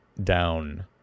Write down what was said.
down